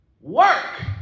work